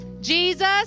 Jesus